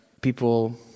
people